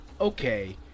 okay